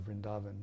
Vrindavan